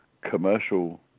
commercial